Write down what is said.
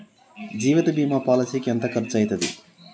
జీవిత బీమా పాలసీకి ఎంత ఖర్చయితది?